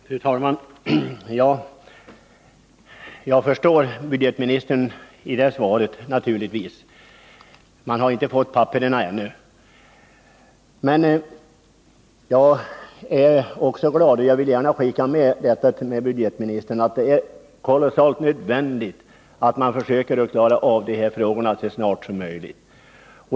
Fru talman! Jag förstår naturligtvis att budgetministern inte kan säga mera Tisdagen den nu, eftersom regeringen ännu inte har fått handlingarna. Jag vill ändå skicka — 31 mars 1981 med budgetministern, att det är kolossalt nödvändigt att man försöker att klara av de här frågorna så snart som möjligt.